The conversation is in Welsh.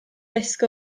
risg